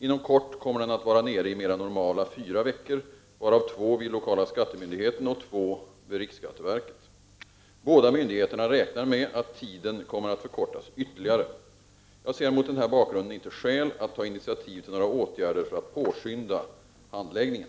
Inom kort kommer den att vara nere i mera normala fyra veckor, varav två vid lokala skattemyndigheten och två vid riksskatteverket. Båda myndigheterna räknar med att tiden kommer att förkortas ytterligare. Jag ser mot den här bakgrunden inte skäl att ta initiativ till några åtgärder för att påskynda handläggningen.